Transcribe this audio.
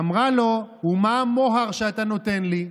אמרה לו: ומה המוהר שאתה נותן לי?